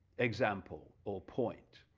example or point,